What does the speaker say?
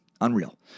Unreal